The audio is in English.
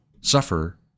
suffer